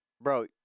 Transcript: Bro